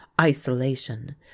Isolation